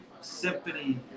Symphony